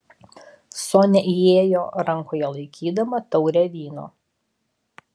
sonia įėjo rankoje laikydama taurę vyno